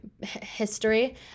history